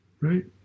right